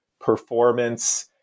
performance